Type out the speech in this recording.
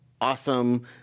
awesome